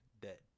dead